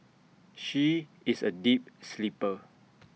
she is A deep sleeper